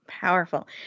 Powerful